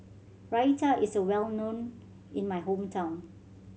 Raita is well known in my hometown